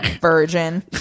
virgin